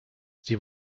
sie